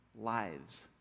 lives